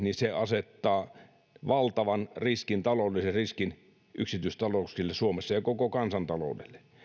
niin se asettaa valtavan taloudellisen riskin yksityistalouksille suomessa ja riskin koko kansantaloudelle